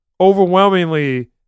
overwhelmingly